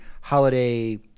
holiday